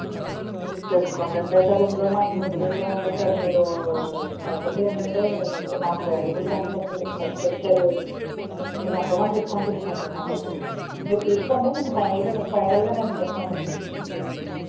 discount అంటే sir ఇందులో మాకు మిగిలేది ఏమి ఉండదు సార్ మీరు కాకపోతే ఏంటంటే మాకు వాల్యుబుల్ కస్టమర్ మీరు ఫస్ట్ వచ్చారు మీకు ఏంతో కొంత డిస్కౌంట్ ఇస్తాను సార్ కొంపల్సరీగా మీరు తీసుకోండి నేను ఫైనల్గా ఫైనల్గా నేను డిస్కౌంట్ ఇస్తాను